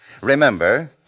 Remember